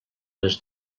les